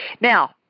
now